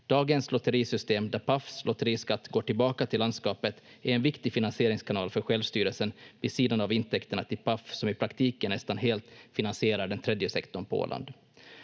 Dagens lotterisystem, där Pafs lotteriskatt går tillbaka till landskapet, är en viktig finansieringskanal för självstyrelsen vid sidan av intäkterna till Paf som i praktiken nästan helt finansierar den tredje sektorn på Åland.